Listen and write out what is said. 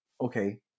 okay